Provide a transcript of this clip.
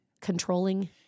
controlling